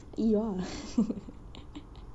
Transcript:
eeyore